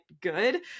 good